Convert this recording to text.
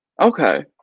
okay,